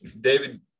David